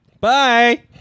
Bye